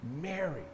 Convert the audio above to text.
Mary